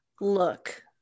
look